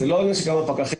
מספר הפקחים,